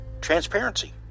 transparency